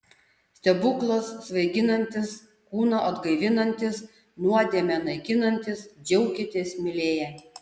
stebuklas svaiginantis kūną atgaivinantis nuodėmę naikinantis džiaukitės mylėję